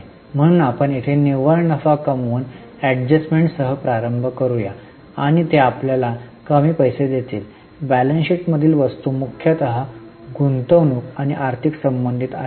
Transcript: म्हणून आपण येथे निव्वळ नफा कमवून एडजस्टमेंटसह प्रारंभ करू या आणि ते आपल्याला कमी पैसे देतील बैलन्स शीट मध्येील वस्तू मुख्यतः गुंतवणूक किंवा आर्थिक संबंधित आहेत